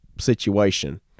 situation